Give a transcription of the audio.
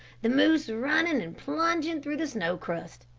the moose running and plunging through the snow crust,